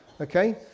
okay